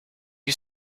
you